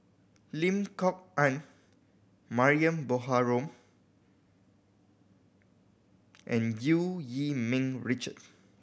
Lim Kok Ann Mariam Baharom and Eu Yee Ming Richard